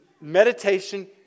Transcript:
meditation